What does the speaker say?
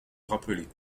rappeler